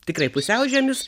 tikrai pusiaužiemis